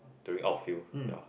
during out field ya